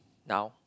now